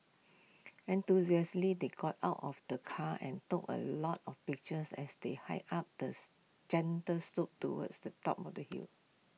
enthusiastically they got out of the car and took A lot of pictures as they hiked up the gentle slope towards the top of the hill